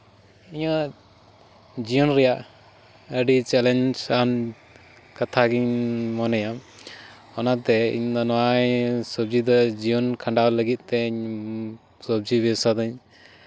ᱤᱧᱟᱹᱜ ᱡᱤᱭᱚᱱ ᱨᱮᱭᱟᱜ ᱟᱹᱰᱤ ᱪᱮᱞᱮᱧᱡᱽ ᱟᱱ ᱠᱟᱛᱷᱟ ᱜᱤᱧ ᱢᱚᱱᱮᱭᱟ ᱚᱱᱟᱛᱮ ᱤᱧ ᱫᱚ ᱱᱚᱣᱟ ᱥᱚᱵᱡᱤ ᱫᱚ ᱡᱤᱭᱚᱱ ᱠᱷᱟᱸᱰᱟᱣ ᱞᱟᱹᱜᱤᱫᱛᱤᱧ ᱥᱚᱵᱡᱤ ᱵᱮᱵᱥᱟ ᱫᱩᱧ